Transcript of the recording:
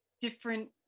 different